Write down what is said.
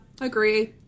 agree